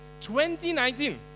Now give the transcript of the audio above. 2019